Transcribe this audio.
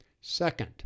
Second